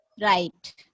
Right